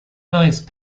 nice